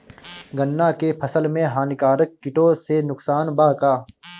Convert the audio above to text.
गन्ना के फसल मे हानिकारक किटो से नुकसान बा का?